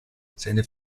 seine